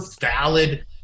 valid